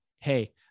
hey